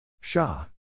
Shah